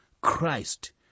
Christ